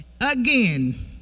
Again